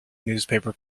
newspaper